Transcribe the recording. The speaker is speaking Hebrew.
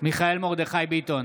מיכאל מרדכי ביטון,